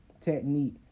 technique